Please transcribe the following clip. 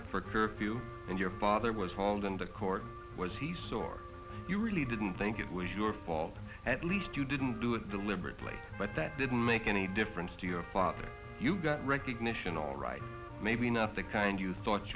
up for curfew and your father was hauled into court was he so hard you really didn't think it was your fault at least you didn't do it deliberately but that didn't make any difference to your father you got recognition all right maybe not the kind you